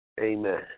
Amen